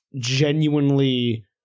genuinely